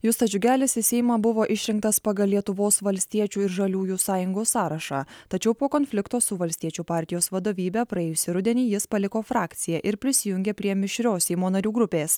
justas džiugelis į seimą buvo išrinktas pagal lietuvos valstiečių ir žaliųjų sąjungos sąrašą tačiau po konflikto su valstiečių partijos vadovybe praėjusį rudenį jis paliko frakciją ir prisijungė prie mišrios seimo narių grupės